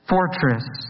Fortress